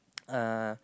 uh